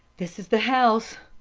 this is the house,